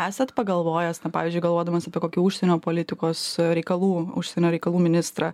esat pagalvojęs na pavyzdžiui galvodamas apie kokių užsienio politikos reikalų užsienio reikalų ministrą